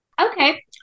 Okay